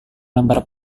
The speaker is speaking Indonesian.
lembar